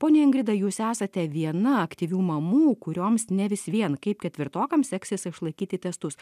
ponia ingrida jūs esate viena aktyvių mamų kurioms ne vis vien kaip ketvirtokams seksis išlaikyti testus